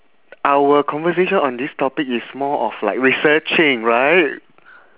our conversation on this topic is more of like researching right